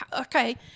okay